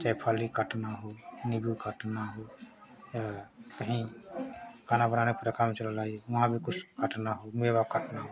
चाहे फल ही काटना हो नीम्बू काटना हो या कहीं खाना बनाने का काम चल रहा है वहाँ भी कुछ काटना हो मेवा काटना हो